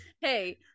hey